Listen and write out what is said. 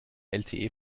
lte